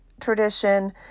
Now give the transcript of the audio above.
tradition